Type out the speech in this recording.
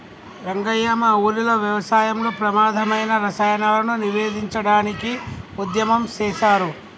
రంగయ్య మా ఊరిలో వ్యవసాయంలో ప్రమాధమైన రసాయనాలను నివేదించడానికి ఉద్యమం సేసారు